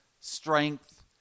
strength